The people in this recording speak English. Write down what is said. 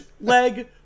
leg